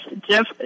Jeff